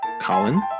Colin